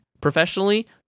professionally